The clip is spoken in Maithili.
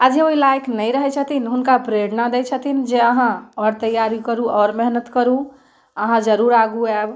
आओर जे ओइ लायक नहि रहै छथिन हुनका प्रेरणा दै छथिन जे अहाँ आओर तैयारी करू आओर मेहनत करू अहाँ जरूर आगू आयब